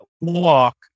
walk